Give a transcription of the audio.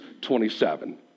27